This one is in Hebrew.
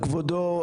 כבודו,